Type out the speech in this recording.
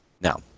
Now